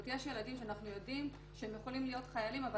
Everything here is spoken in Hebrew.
זאת אומרת יש ילדים שאנחנו יודעים שהם יכולים להיות חיילים אבל